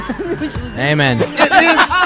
Amen